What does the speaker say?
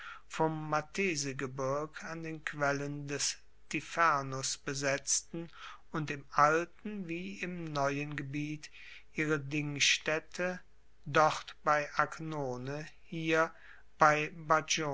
vom matesegebirg an den quellen des tifernus besetzten und im alten wie im neuen gebiet ihre dingstaette dort bei agnone hier bei